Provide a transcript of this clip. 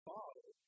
Father